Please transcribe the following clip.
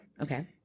Okay